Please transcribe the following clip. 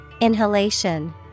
Inhalation